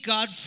God